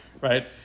right